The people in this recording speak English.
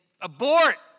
abort